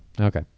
Okay